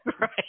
right